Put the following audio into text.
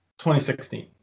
2016